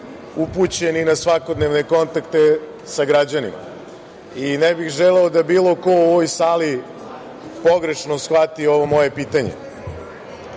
upućeni na svakodnevne kontakte sa građanima i ne bih želeo da bilo ko u ovoj sali pogrešno shvati ovo moje